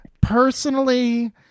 Personally